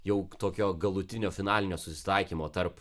jau tokio galutinio finalinio susitaikymo tarp